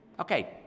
Okay